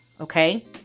okay